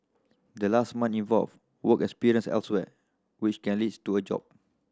the last month involve work experience elsewhere which can leads to a job